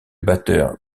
batteur